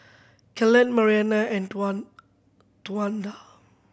Kellan Marianna and Towanda